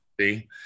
see